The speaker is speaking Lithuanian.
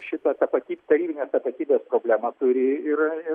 šito tapaty tarybinės tapatybės problema turi ir